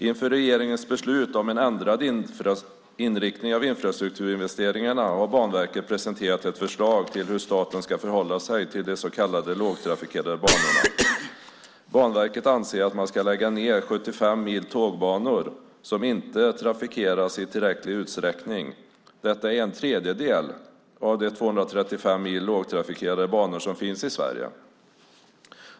Inför regeringens beslut om en ändrad inriktning av infrastrukturinvesteringarna har Banverket presenterat ett förslag till hur staten ska förhålla sig till de så kallade lågtrafikerade banorna. Banverket anser att man ska lägga ned 75 mil tågbanor som inte trafikeras i tillräcklig utsträckning. Detta är en tredjedel av de 235 mil lågtrafikerade banor som finns i Sverige.